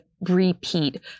repeat